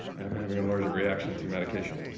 i'm having an allergic reaction to medication.